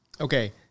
Okay